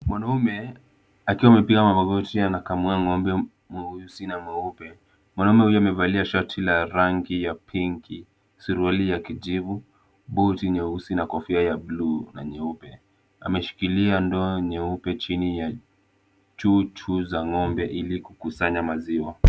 Mwanaume akiwa amepiga magoti anakamua ng'ombe mweusi na mweupe. Mwanaume huyo amevalia shati la rangi ya pinki, suruali ya kijivu, buti nyeusi na kofia ya blue na nyeupe. Ameshikilia ndoo nyeupe chini ya chuchu za ng'ombe ili kukusanya maziwa.